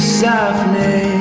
softly